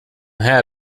här